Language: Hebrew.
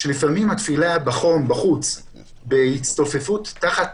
שלפעמים התפילה בחום בחוץ בהצטופפות תחת